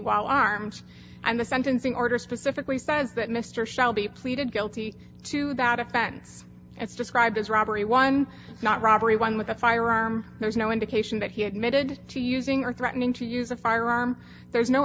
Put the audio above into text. while arms and the sentencing order specifically says that mr shall be pleaded guilty to that offense it's described as robbery one not robbery one with a firearm there is no indication that he admitted to using or threatening to use a firearm there's no